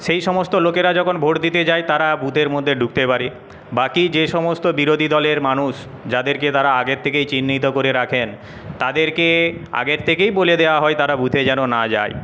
সেই সমস্ত লোকেরা যখন ভোট দিতে যায় তারা বুথের মধ্যে ঢুকতে পারে বাকি যে সমস্ত বিরোধী দলের মানুষ যাদেরকে তারা আগের থেকেই চিহ্নিত করে রাখেন তাদেরকে আগের থেকেই বলে দেওয়া হয় তারা বুথে যেন না যায়